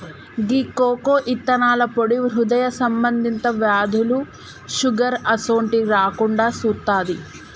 గీ cocoa ఇత్తనాల పొడి హృదయ సంబంధి వ్యాధులు, షుగర్ అసోంటిది రాకుండా సుత్తాది